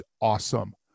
awesome